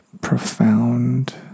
profound